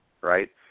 Right